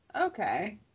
Okay